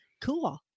Cool